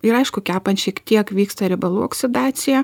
ir aišku kepant šiek tiek vyksta riebalų oksidacija